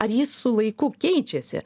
ar jis su laiku keičiasi